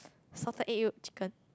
salted egg yolk chicken